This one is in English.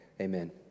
Amen